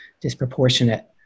disproportionate